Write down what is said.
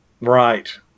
Right